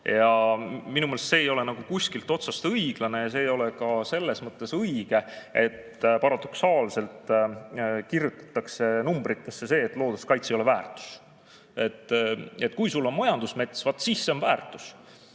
Minu meelest see ei ole kuskilt otsast õiglane ja see ei ole ka selles mõttes õige, et paradoksaalselt kirjutatakse numbritesse see, et looduskaitse ei ole väärtus. Kui sul on majandusmets, vaat see on väärtus.